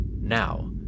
Now